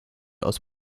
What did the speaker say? aus